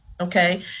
Okay